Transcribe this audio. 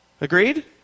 Agreed